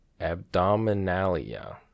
abdominalia